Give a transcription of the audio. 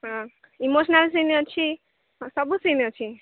ହଁ emotional scene ଅଛି ସବୁ ସିନ୍ ଅଛି